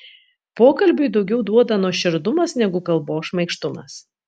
pokalbiui daugiau duoda nuoširdumas negu kalbos šmaikštumas